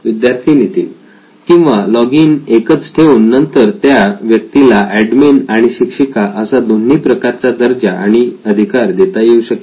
विद्यार्थी नितीन किंवा लॉगिन एकच ठेवून नंतर त्या व्यक्तीला ऍडमिन आणि शिक्षिका असा दोन्ही प्रकारचा दर्जा आणि अधिकार देता येऊ शकेल